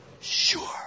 sure